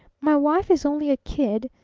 my wife is only a kid,